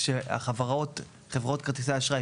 לקבוע שחברות כרטיסי האשראי,